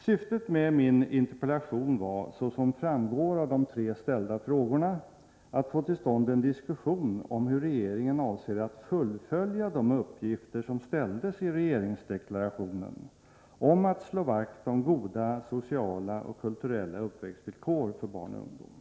Syftet med min interpellation var, såsom framgår av de tre ställda frågorna, att få till stånd en diskussion om hur regeringen avser att fullfölja de uppgifter som ställdes upp i regeringsdeklarationen när det gäller att slå vakt om goda sociala och kulturella uppväxtvillkor för barn och ungdom.